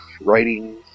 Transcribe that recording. writing